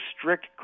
strict